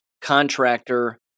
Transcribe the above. contractor